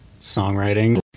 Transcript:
songwriting